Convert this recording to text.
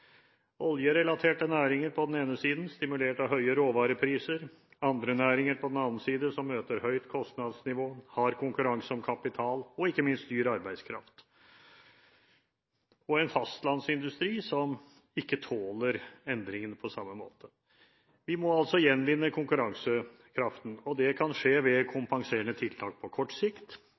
oljerelaterte næringer på den ene siden, stimulert av høye råvarepriser, og andre næringer på den andre siden, som møter høyt kostnadsnivå og hard konkurranse om kapital og ikke minst dyr arbeidskraft, og en fastlandsindustri som ikke tåler endringer på samme måte. Vi må gjenvinne konkurransekraften, og det kan skje ved kompenserende tiltak på kort sikt